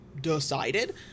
decided